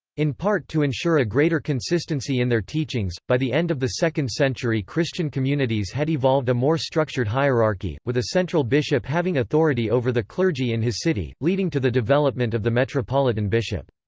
in part to ensure a greater consistency in their teachings, by the end of the second century christian communities had evolved a more structured hierarchy, with a central bishop having authority over the clergy in his city, leading to the development of the metropolitan bishop.